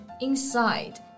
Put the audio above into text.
inside